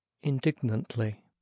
indignantly